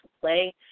play